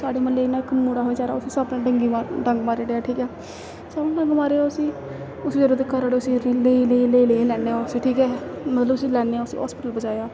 साढ़े म्हल्ले इ'यां इक मुड़ा हा बेचारा उसी सप्प ने डंगी डंग मारी ओड़ेआ ठीक ऐ सप्प डंग मारेआ उसी उसी बेल्ले तगर उसी लेई लेई लैन्ने उसी ठीक ऐ मतलब उसी लैन्ने आं उसी हस्पिटल पजाया